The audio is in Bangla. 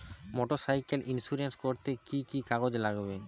মোটরসাইকেল ইন্সুরেন্স করতে কি কি কাগজ লাগবে?